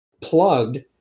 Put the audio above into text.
plugged